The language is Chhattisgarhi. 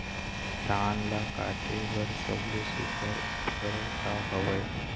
धान ला काटे बर सबले सुघ्घर उपकरण का हवए?